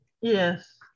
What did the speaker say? Yes